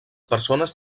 persones